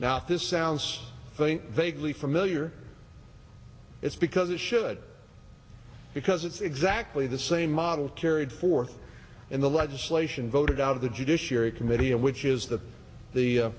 now this sounds vaguely familiar it's because it should because it's exactly the same model carried forth in the legislation voted out of the judiciary committee which is the the